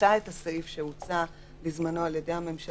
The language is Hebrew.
דחתה את הסעיף שהוצע בזמנו על ידי הממשלה